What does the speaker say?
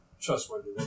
trustworthy